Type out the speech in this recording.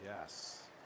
Yes